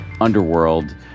underworld